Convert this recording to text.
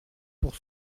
pour